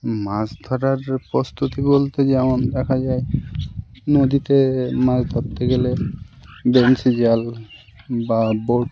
মাছ ধরার প্রস্তুতি বলতে যেমন দেখা যায় নদীতে মাছ ধরতে গেলে বেঞ্চি জাল বা বোট